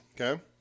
Okay